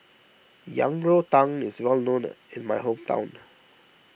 Yang Rou Tang is well known in my hometown